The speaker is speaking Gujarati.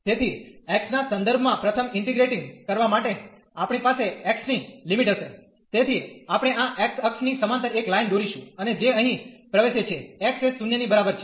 તેથી x ના સંદર્ભમાં પ્રથમ ઇન્ટીગ્રેટીંગ કરવા માટે આપણી પાસે x ની લિમિટ હશે તેથી આપણે આ x અક્ષની સમાંતર એક લાઈન દોરીશું અને જે અહીં પ્રવેશે છે x એ 0 ની બરાબર છે